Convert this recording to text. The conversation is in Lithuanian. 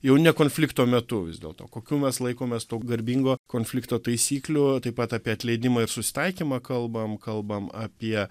jau ne konflikto metu vis dėlto kokių mes laikomės to garbingo konflikto taisyklių taip pat apie atleidimą ir susitaikymą kalbam kalbam apie